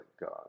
God